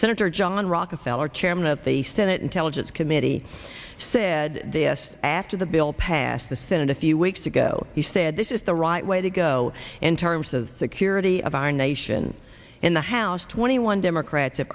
senator john rockefeller chairman of the senate intelligence committee said this after the bill passed asked the senate a few weeks ago he said this is the right way to go in terms of security of our nation in the house twenty one democrats